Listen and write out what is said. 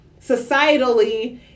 societally